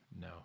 no